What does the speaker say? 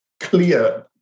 clear